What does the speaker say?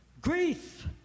Grief